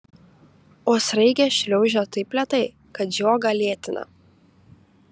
o sraigė šliaužia taip lėtai kad žiogą lėtina